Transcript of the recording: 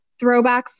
throwbacks